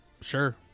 Sure